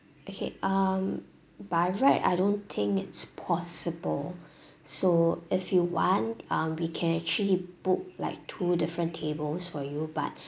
okay um by right I don't think it's possible so if you want um we can actually book like two different tables for you but